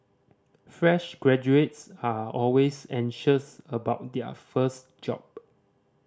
fresh graduates are always anxious about their first job